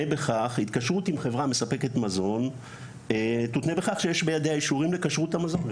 התקשרות עם חברה מספקת מזון תותנה בכך שיש בידיה אישורים לכשרות המזון,